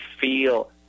feel